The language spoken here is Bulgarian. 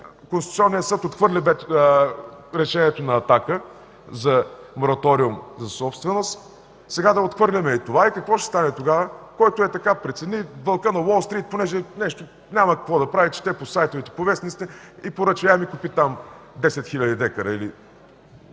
Конституционният съд отхвърли решението на „Атака” за мораториум за собственост, сега да отхвърлим и това! Какво ще стане тогава? Който ей така прецени, „Вълкът от Уолстрийт” понеже няма какво да прави, чете по сайтовете, по вестниците и поръчва: „Я ми купи там 10 хил. декара”!